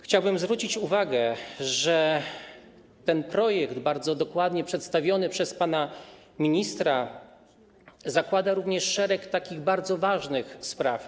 Chciałbym zwrócić uwagę, że ten projekt, bardzo dokładnie przedstawiony przez pana ministra, zakłada również szereg takich bardzo ważnych spraw.